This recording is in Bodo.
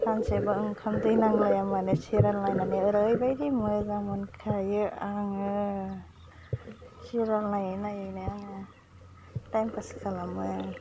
सानसेबा ओंखाम दै नांलाया माने सिरियाल नायनानै ओरैबायदि मोजां मोनखायो आङो सिरियाल नायै नायैनो आङो टाइम फास खालामो